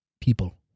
people